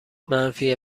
منفی